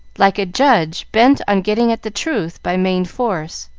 like a judge bent on getting at the truth by main force.